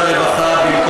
הרווחה והבריאות,